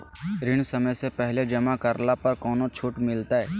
ऋण समय से पहले जमा करला पर कौनो छुट मिलतैय?